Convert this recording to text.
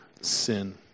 sin